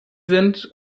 sind